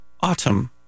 autumn